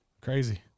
crazy